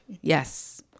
Yes